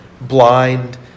blind